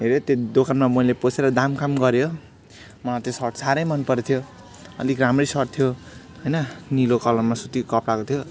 हेऱ्यो त्यो दोकानमा मैले पसेर दामकाम गऱ्यो मलाई त्यो सर्ट साह्रै मन पर्थ्यो अलिक राम्रै सर्ट थियो होइन निलो कलरमा सुतीको कपडाको थियो